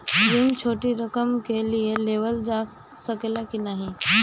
ऋण छोटी रकम के लिए लेवल जा सकेला की नाहीं?